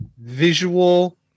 visual